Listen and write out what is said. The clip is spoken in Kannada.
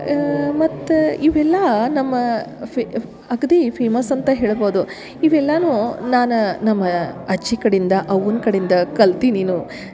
ಮತ್ತು ಇವೆಲ್ಲ ನಮ್ಮ ಫೇಮಸ್ ಅಂತ ಹೇಳ್ಬೋದು ಇವೆಲ್ಲನೂ ನಾನು ನಮ ಅಜ್ಜಿ ಕಡಿಂದ ಅವ್ವನ ಕಡಿಯಿಂದ ಕಲ್ತಿ ನೀನು